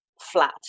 flat